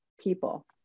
people